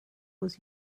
was